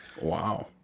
wow